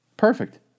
Perfect